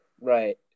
Right